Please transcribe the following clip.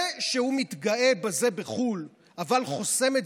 זה שהוא מתגאה בזה בחו"ל אבל חוסם את